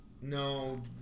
No